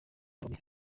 ndori